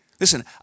Listen